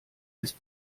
ist